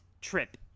trip